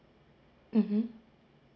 mmhmm